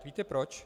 Víte proč?